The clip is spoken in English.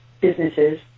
businesses